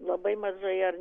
labai mažai ar